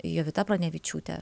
jovita pranevičiūtė